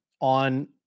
on